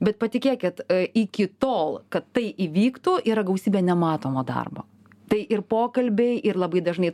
bet patikėkit iki tol kad tai įvyktų yra gausybė nematomo darbo tai ir pokalbiai ir labai dažnai